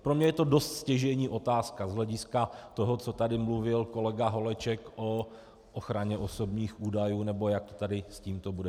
Pro mě je to dost stěžejní otázka z hlediska toho, co tady mluvil kolega Holeček o ochraně osobních údajů, nebo jak to tady s tímto bude.